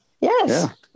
Yes